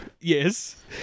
Yes